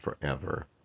forever